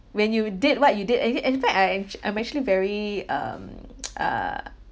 when you did what you did in in fact I'm act~ I'm actually very um uh